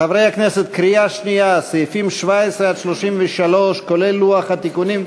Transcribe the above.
קריאה שנייה, סעיפים 17 37, כולל לוח התיקונים,